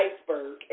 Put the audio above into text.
iceberg